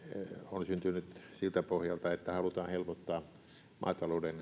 on syntynyt siltä pohjalta että halutaan helpottaa maatalouden